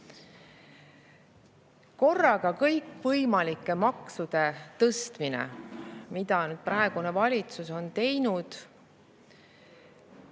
Korraga kõikvõimalike maksude tõstmine, mida praegune valitsus on teinud,